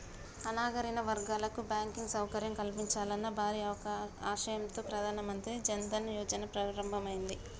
అణగారిన వర్గాలకు బ్యాంకింగ్ సౌకర్యం కల్పించాలన్న భారీ ఆశయంతో ప్రధాన మంత్రి జన్ ధన్ యోజన ప్రారంభమైనాది